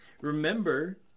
Remember